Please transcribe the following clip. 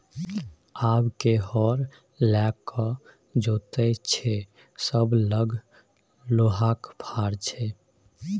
आब के हर लकए जोतैय छै सभ लग लोहाक फार छै